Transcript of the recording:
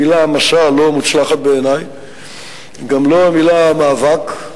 המלה מסע לא מוצלחת בעיני, גם לא המלה מאבק,